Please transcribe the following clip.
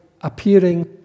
appearing